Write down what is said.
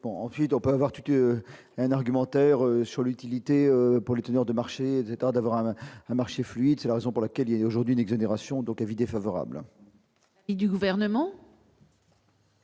ensuite, on peut avoir tué un argumentaire sur l'utilité pour les teneurs de marché d'État d'avoir un marché fluide, c'est la raison pour laquelle il est aujourd'hui une exonération donc avis défavorable. Et du gouvernement.